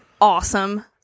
awesome